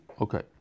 Okay